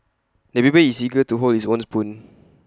the baby is eager to hold his own spoon